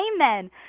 Amen